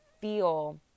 feel